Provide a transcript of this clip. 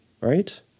Right